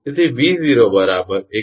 તેથી 𝑉0 124